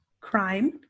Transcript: crime